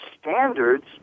standards